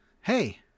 Hey